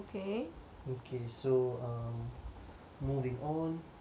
okay so um moving on